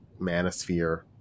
manosphere